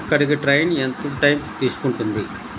అక్కడికి ట్రైన్ ఎంత టైం తీసుకుంటుంది